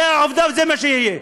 זו העובדה וזה מה שיהיה,